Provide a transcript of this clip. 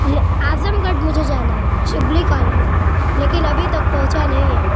لے اعظم گڑھ مجھے جانا ہے شبلی کالج لیکن ابھی تک پہنچا نہیں ہے